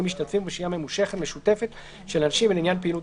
משתתפים ובשהייה ממושכת משותפת של אנשים ולעניין פעילות